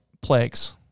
plagues